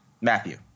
Matthew